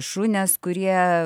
šunes kurie